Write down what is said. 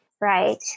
Right